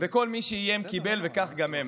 כל מי שאיים, קיבל, וכך גם הם.